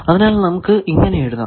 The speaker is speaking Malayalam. അതിനാൽ നമുക്ക് ഇങ്ങനെ എഴുതാം